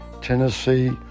Tennessee